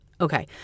Okay